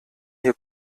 hier